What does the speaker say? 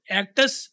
actors